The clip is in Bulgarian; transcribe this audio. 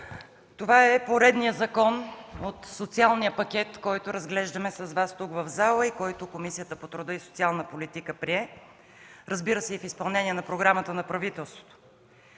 Това е поредният закон от социалния пакет, който разглеждаме с Вас тук, в залата, и който Комисията по труда и социалната политика прие, разбира се, в изпълнение на програмата на правителството.